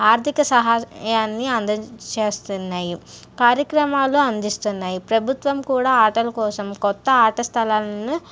ఆర్థిక సహాయాన్ని అంద చేస్తున్నాయి కార్యక్రమాలు అందిస్తున్నాయి ప్రభుత్వం కూడా ఆటల కోసం కొత్త ఆటస్థలాలను